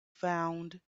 found